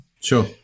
Sure